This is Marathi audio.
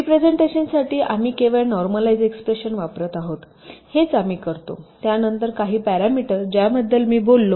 रीप्रेझेन्टेशनसाठी आम्ही केवळ नॉर्मलाइझ एक्सप्रेशन वापरत आहोत हेच आम्ही करतो त्यानंतर काही पॅरामीटर ज्याबद्दल मी बोललो